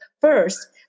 first